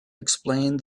explained